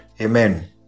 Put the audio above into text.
Amen